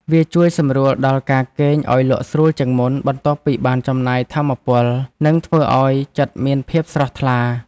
វាជួយសម្រួលដល់ការគេងឱ្យលក់ស្រួលជាងមុន បន្ទាប់ពីបានចំណាយថាមពល និងធ្វើឱ្យចិត្តមានភាពស្រស់ថ្លា។